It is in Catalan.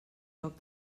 toc